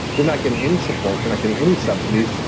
they're not getting any supports. they're not getting any subsidies.